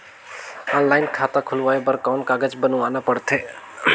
Online खाता खुलवाय बर कौन कागज बनवाना पड़थे?